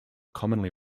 commonly